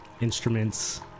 instruments